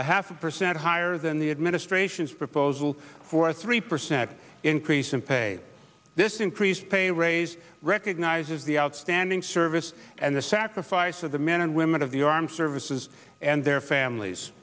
a half a percent higher than the administration's proposal for a three percent increase in pay this increased pay raise recognizes the outstanding service and the sacrifice of the men and women of the armed services and their families